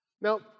Now